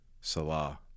Salah